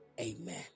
Amen